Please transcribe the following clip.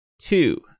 two